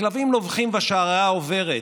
הכלבים נובחים והשיירה עוברת.